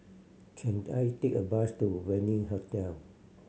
can I take a bus to Venue Hotel